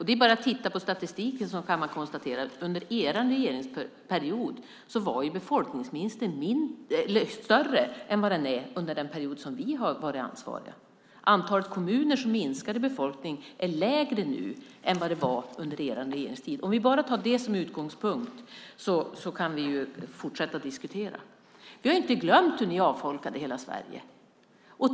Det är bara att titta på statistiken för att kunna konstatera att befolkningsminskningen under er regeringsperiod var större än vad den är under den period som vi har varit ansvariga. Antalet kommuner som har minskat sin befolkning är mindre nu än vad det var under er regeringstid. Om vi bara tar det som utgångspunkt kan vi fortsätta att diskutera. Vi har inte glömt hur ni avfolkade hela Sverige.